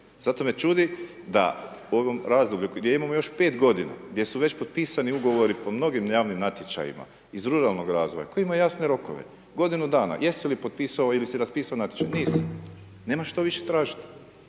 Zato me čudi da u ovom razdoblju gdje imamo još 5 godina, gdje su već potpisani Ugovori po mnogim javnim natječajima iz ruralnog razvoja, koji ima jasne rokove, godinu dana, jesi li potpisao ili si raspisao natječaj? Nisi. Nemaš što više tražiti.